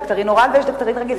יש "דקטרין אורל" ויש "דקטרין" רגיל,